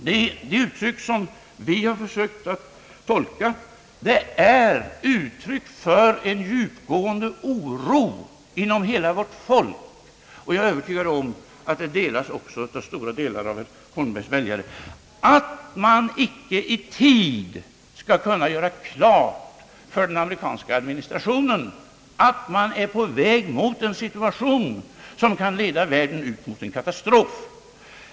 De stämningar som vi har försökt tolka är uttryck för en djupgående oro inom hela vårt folk — jag är övertygad om att den uppfattningen också delas av stora delar av herr Holmbergs väljare — för att man icke i tid skall kunna göra klart för den amerikanska administrationen att man är på väg mot en situation som kan leda världen ut mot en katastrof.